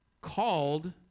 called